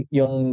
yung